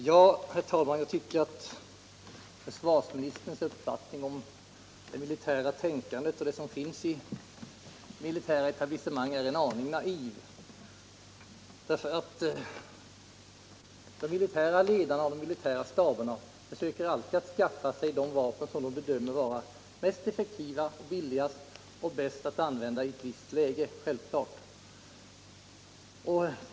Herr talman! Jag tycker att försvarsministerns uppfattning om det militära tänkandet och de idéer som finns i det militära etablissemanget är en aning naiv. De militära ledarna och de militära staberna försöker alltid skaffa sig de vapen som de bedömer vara mest effektiva samt billigast och bäst att använda i ett visst läge. Det är självklart.